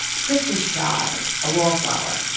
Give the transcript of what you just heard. chris was shy, a wallflower.